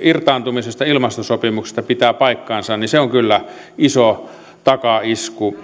irtaantumisesta ilmastosopimuksesta pitää paikkansa niin se on kyllä iso takaisku